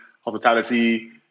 hospitality